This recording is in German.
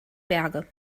berge